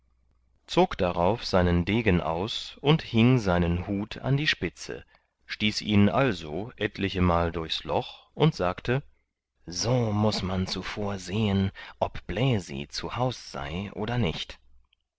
zog darauf seinen degen aus und hieng seinen hut an die spitze stieß ihn also etlichemal durchs loch und sagte so muß man zuvor sehen ob bläsi zu haus sei oder nicht